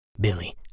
Billy